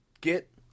Get